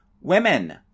Women